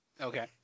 Okay